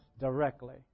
directly